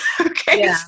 Okay